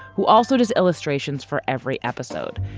who also does illustrations for every episode.